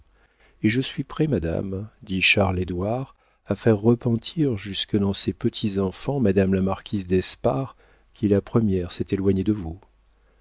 et je suis prêt madame dit charles édouard à faire repentir jusque dans ses petits-enfants madame la marquise d'espard qui la première s'est éloignée de vous